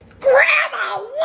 Grandma